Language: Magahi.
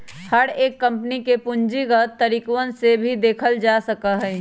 हर एक कम्पनी के पूंजीगत तरीकवन से ही देखल जा सका हई